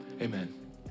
amen